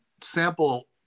sample